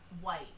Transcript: white